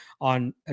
on